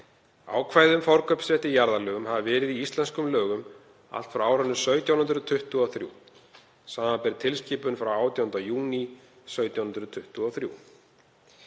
Ákvæði um forkaupsrétt í jarðalögum hafa verið í íslenskum lögum allt frá árinu 1723, samanber tilskipun frá 18. júní 1723.